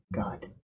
God